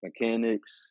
mechanics